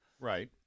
Right